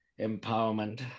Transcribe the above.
empowerment